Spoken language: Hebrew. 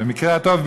במקרה הטוב,